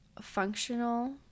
functional